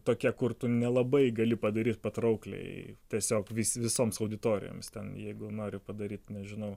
tokie kur tu nelabai gali padaryt patraukliai tiesiog vis visoms auditorijoms ten jeigu nori padaryt nežinau